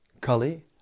Kali